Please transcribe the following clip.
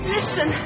Listen